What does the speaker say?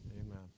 Amen